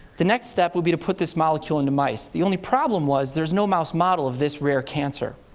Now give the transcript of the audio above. the next step would be to put this molecule into mice. the only problem was there's no mouse model of this rare cancer.